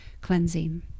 cleansing